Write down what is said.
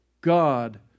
God